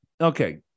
okay